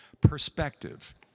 perspective